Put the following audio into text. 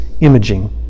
imaging